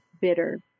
bitter